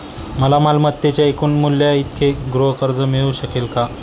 मला मालमत्तेच्या एकूण मूल्याइतके गृहकर्ज मिळू शकेल का?